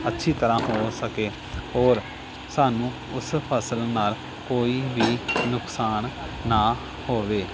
ਅੱਛੀ ਤਰ੍ਹਾਂ ਹੋ ਸਕੇ ਔਰ ਸਾਨੂੰ ਉਸ ਫਸਲ ਨਾਲ ਕੋਈ ਵੀ ਨੁਕਸਾਨ ਨਾ ਹੋਵੇ